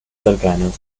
cercanos